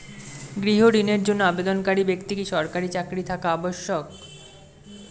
গৃহ ঋণের জন্য আবেদনকারী ব্যক্তি কি সরকারি চাকরি থাকা আবশ্যক?